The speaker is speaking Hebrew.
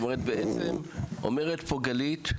בעצם אומרת פה גלית,